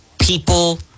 People